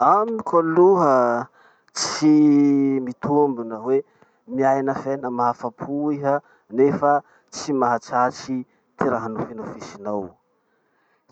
Amiko aloha tsy mitombina hoe miaina fiaina mahafapo iha nefa tsy mahatratsy ty raha nofinofisinao.